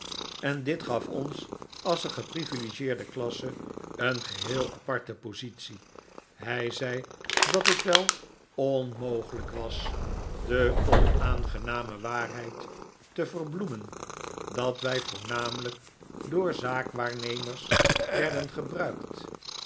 en dit gaf ons als een geprivilegeerde klasse een geheel aparte positie hij zei dat het wel onmogelijk was david copperfield de onaangename waarheid te verbloemen dat wij voornamelijk door zaakwaarnemers werden gebruikt